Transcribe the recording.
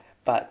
but